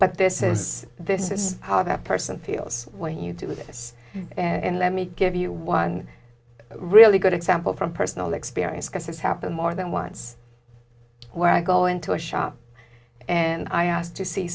but this is this is how that person feels when you do this and let me give you one really good example from personal experience because it's happened more than once where i go into a shop and i asked to see